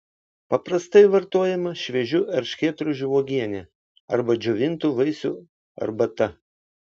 paprastai vartojama šviežių erškėtrožių uogienė arba džiovintų vaisių arbata